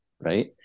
Right